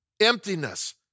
emptiness